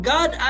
God